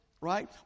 right